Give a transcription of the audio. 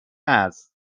است